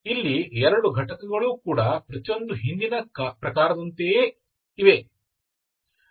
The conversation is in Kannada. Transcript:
ಇಲ್ಲಿರುವ 2 ಘಟಕಗಳೂ ಕೂಡ ಪ್ರತಿಯೊಂದೂ ಹಿಂದಿನ ಪ್ರಕಾರದಂತೆ ಇವೆ